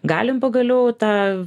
galim pagaliau tą